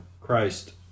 Christ